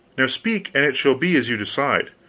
now speak, and it shall be as you decide.